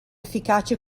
efficace